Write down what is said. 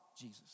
Jesus